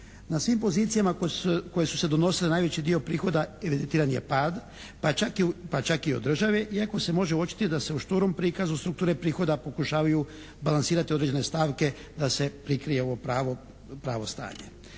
Na svim pozicijama koje su se donosile najveći dio prihoda evidentiran je pad pa čak i od države iako se može uočiti da se u šturom prikazu strukture prihoda pokušavaju balansirati određene stavke da se prikrije ovo pravo stanje.